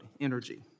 energy